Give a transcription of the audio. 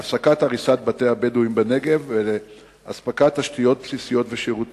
להפסקת הריסת בתי הבדואים בנגב ולאספקת תשתיות בסיסיות ושירותים,